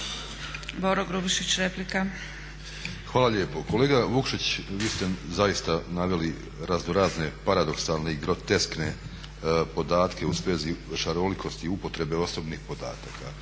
Boro (HDSSB)** Hvala lijepo. Kolega Vukšić, vi ste zaista naveli raznorazne paradoksalne i groteskne podatke u svezi šarolikosti upotrebe osobnih podataka.